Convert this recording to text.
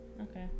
Okay